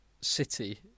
city